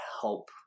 help